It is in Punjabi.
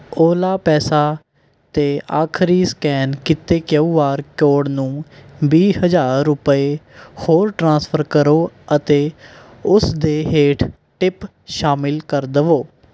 ਓਲਾ ਪੈਸਾ 'ਤੇ ਆਖਰੀ ਸਕੈਨ ਕੀਤੇ ਕੇਊ ਆਰ ਕੋਡ ਨੂੰ ਵੀਹ ਹਜ਼ਾਰ ਰੁਪਏ ਹੋਰ ਟ੍ਰਾਂਸਫਰ ਕਰੋ ਅਤੇ ਉਸ ਦੇ ਹੇਠ ਟਿਪ ਸ਼ਾਮਿਲ ਕਰ ਦਵੋ